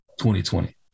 2020